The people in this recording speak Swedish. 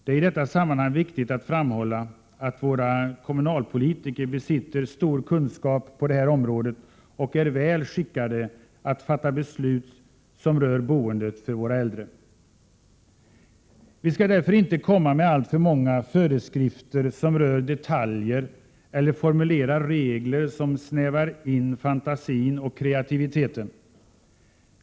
Det är i detta sammanhang viktigt att framhålla att våra kommunalpolitiker besitter stor kunskap på det här området och är väl skickade att fatta beslut som rör boendet för våra äldre. Vi skall därför inte komma med alltför många föreskrifter som rör detaljer eller formulera regler som snävar in fantasin och kreativiteten.